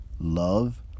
love